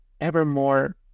evermore